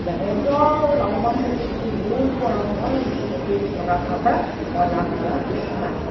বেলেগৰ লাভৱান হৈছে কিন্তু মোৰ পৰা মই যিহেতু এই চৰকাৰখনৰ পৰা মই লাভ পোৱা নাই